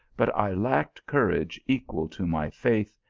but i lacked courage equal to my faith,